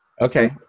Okay